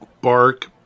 bark